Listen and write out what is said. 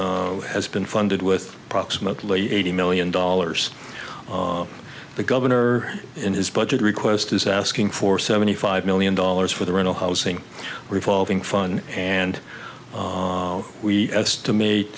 d has been funded with approximately eighty million dollars the governor in his budget request is asking for seventy five million dollars for the rental housing revolving fun and we estimate